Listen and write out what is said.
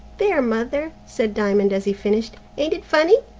there, mother! said diamond, as he finished ain't it funny?